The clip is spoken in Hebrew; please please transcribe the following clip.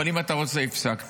אבל אם אתה רוצה, הפסקתי.